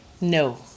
No